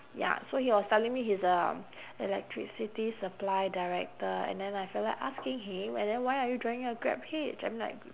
ya so he was telling me he's uh electricity supply director and then I feel like asking him and then why are you driving a grab hitch I mean like